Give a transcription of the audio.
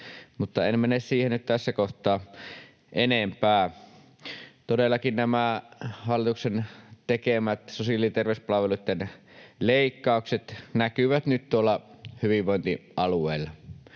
mutta en mene siihen nyt tässä kohtaa enempää. Todellakin nämä hallituksen tekemät sosiaali‑ ja terveyspalveluitten leikkaukset näkyvät nyt tuolla hyvinvointialueilla.